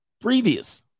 Previous